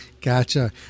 Gotcha